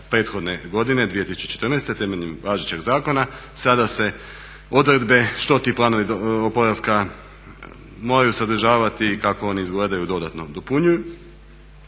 prethodne godine 2014. temeljem važećeg zakona. Sada se odredbe što ti planovi oporavka moraju sadržavati i kako oni izgledaju dodatno dopunjuju.